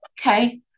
Okay